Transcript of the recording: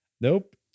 Nope